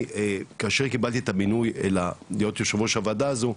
כאשר קיבלתי את המינוי להיות יושב ראש הוועדה הזו,